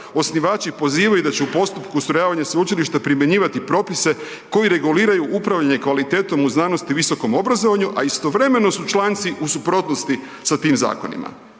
osnivači pozivaju da će u postupku ustrojavanja sveučilišta primjenjivati propise koji reguliraju upravljanje kvalitetom u znanosti i visokom obrazovanju, a istovremeno su članci u suprotnosti sa tim zakonima.